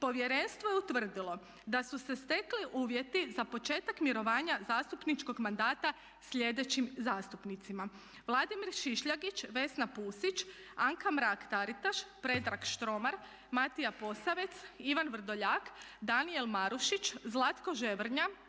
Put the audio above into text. Povjerenstvo je utvrdilo da su se stekli uvjeti za početak mirovanja zastupničkog mandata sljedećim zastupnicima: Vladimir Šišljagić, Vesna Pusić, Anka Mrak-Taritaš, Predrag Štromar, Matija Posavec, Ivan Vrdoljak, Danijel Marušić, Zlatko Ževrnja,